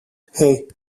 hey